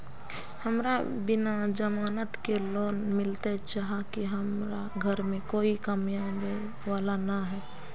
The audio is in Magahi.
हमरा बिना जमानत के लोन मिलते चाँह की हमरा घर में कोई कमाबये वाला नय है?